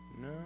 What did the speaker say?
No